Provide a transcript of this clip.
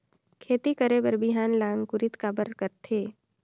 खेती करे बर बिहान ला अंकुरित काबर करथे?